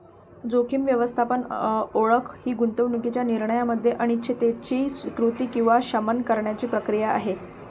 जोखीम व्यवस्थापन ओळख ही गुंतवणूकीच्या निर्णयामध्ये अनिश्चिततेची स्वीकृती किंवा शमन करण्याची प्रक्रिया आहे